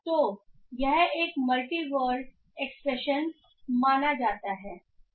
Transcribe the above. तो यह एक मल्टी वर्ल्ड एक्सप्रेशन माना जाता है